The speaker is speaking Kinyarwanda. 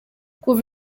kuva